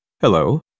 Hello